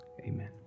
Amen